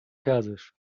persisch